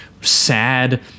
sad